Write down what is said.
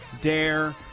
DARE